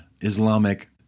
Islamic